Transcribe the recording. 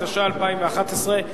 התשע"א 2011,